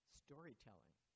storytelling